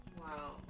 Wow